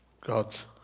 God's